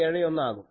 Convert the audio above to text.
271 ആകും